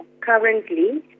currently